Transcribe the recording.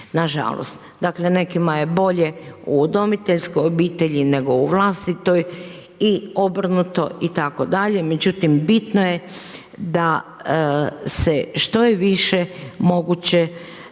nažalost. Dakle nekima je bolje u udomiteljskoj obitelji nego u vlastitoj i obrnuto itd. Međutim bitno je da se što je više moguće